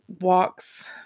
walks